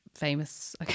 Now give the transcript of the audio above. famous